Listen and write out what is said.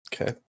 Okay